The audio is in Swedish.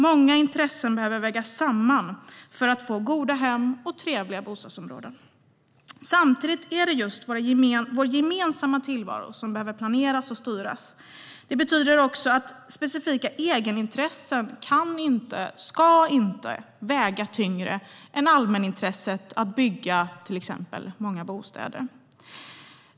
Många intressen behöver vägas samman för att vi ska få goda hem och trevliga bostadsområden. Samtidigt är det just vår gemensamma tillvaro som behöver planeras och styras. Det betyder också att specifika egenintressen inte kan och inte ska väga tyngre än allmänintresset att till exempel bygga många bostäder.